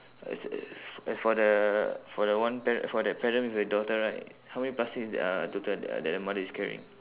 as for the for the one pare~ for that parent with a daughter right how many plastics that uh total that uh that the mother is carrying